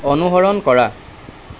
অনুসৰণ কৰা